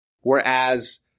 Whereas